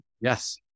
Yes